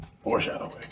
Foreshadowing